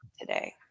today